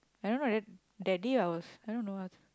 I don't know that that day I was I don't know I